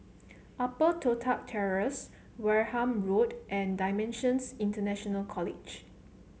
Upper Toh Tuck Terrace Wareham Road and Dimensions International College